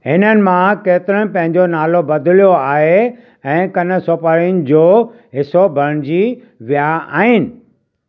हिननि मां केतिरनि पंहिंजो नालो बदिलियो आहे ऐं कनसोपारीन जो हिसो बणिजी विया आहिनि